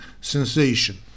sensation